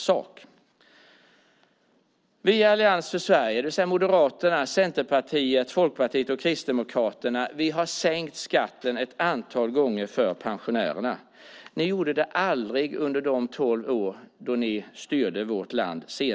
Vi i Allians för Sverige, det vill säga Moderaterna, Centerpartiet, Folkpartiet och Kristdemokraterna, har sänkt skatten ett antal gånger för pensionärerna. Ni gjorde det aldrig under de tolv år ni senast styrde vårt land.